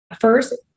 First